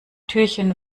türchen